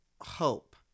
hope